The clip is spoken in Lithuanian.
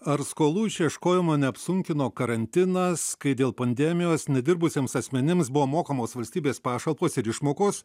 ar skolų išieškojimo neapsunkino karantinas kai dėl pandemijos nedirbusiems asmenims buvo mokamos valstybės pašalpos ir išmokos